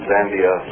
Zambia